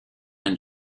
and